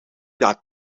dat